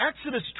Exodus